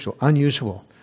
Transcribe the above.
unusual